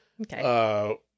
Okay